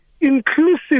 inclusive